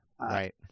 right